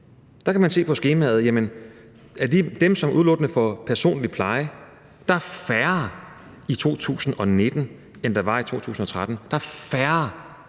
Der kan man se på skemaet: Jamen af dem, som udelukkende får personlig pleje, er der færre i 2019, end der var i 2013 – der er færre.